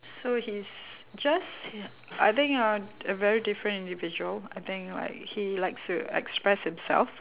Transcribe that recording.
so he's just I think ah a very different individual I think like he likes to express himself